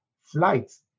flights